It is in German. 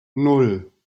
nan